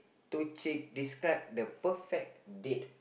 to cheek describe the perfect date